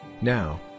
now